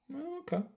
okay